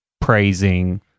praising